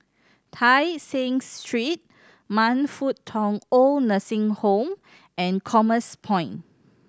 Tai Seng Street Man Fut Tong OId Nursing Home and Commerce Point